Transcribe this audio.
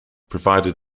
provided